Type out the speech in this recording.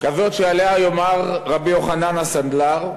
כזאת שעליה יאמר רבי יוחנן הסנדלר,